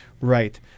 Right